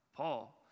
Paul